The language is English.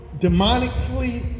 demonically